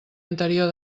anterior